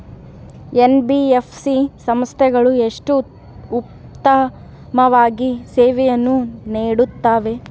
NBFC ಸಂಸ್ಥೆಗಳು ಎಷ್ಟು ಉತ್ತಮವಾಗಿ ಸೇವೆಯನ್ನು ನೇಡುತ್ತವೆ?